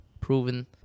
proven